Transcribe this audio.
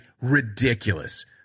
ridiculous